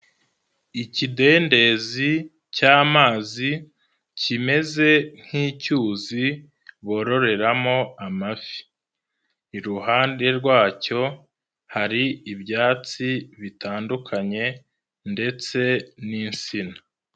Ikidendezi cy'amazi kimeze nk'icyuzi bororeramo amafi, iruhande rwacyo hari ibyatsi bitandukanye ndetse n'insina.